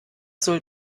soll